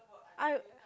I